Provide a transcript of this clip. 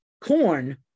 Corn